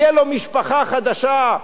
תהיה לו משפחה חדשה,